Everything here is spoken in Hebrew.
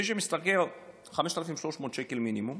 מי שמשתכר 5,300 שקל, מינימום,